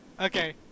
Okay